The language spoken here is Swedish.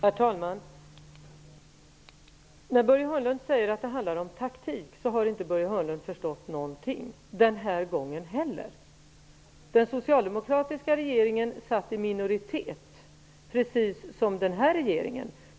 Herr talman! När Börje Hörnlund säger att det handlar om taktik så visar det att Börje Hörnlund inte har förstått någonting, den här gången heller. Den socialdemokratiska regeringen satt i minoritet, precis som den här regeringen gör.